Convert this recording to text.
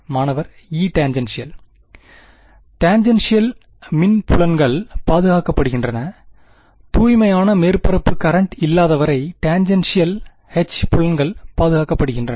மாணவர்இ tangential tangential மின் புலங்கள் பாதுகாக்கப்படுகின்றன தூய்மையான மேற்பரப்பு கரெண்ட் இல்லாத வரை டாண்ஜென்டிஷியல் எச் புலங்கள் பாதுகாக்கப்படுகின்றன